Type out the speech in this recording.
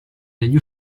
degli